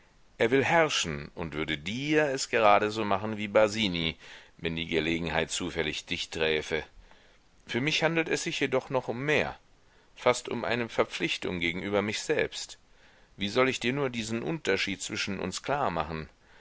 er will herrschen und würde dir es gerade so machen wie basini wenn die gelegenheit zufällig dich träfe für mich handelt es sich jedoch noch um mehr fast um eine verpflichtung gegen mich selbst wie soll ich dir nur diesen unterschied zwischen uns klar machen